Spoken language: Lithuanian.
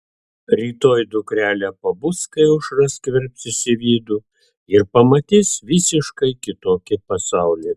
rytoj dukrelė pabus kai aušra skverbsis į vidų ir pamatys visiškai kitokį pasaulį